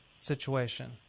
situation